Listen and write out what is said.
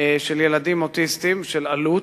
של ילדים אוטיסטים, של אלו"ט.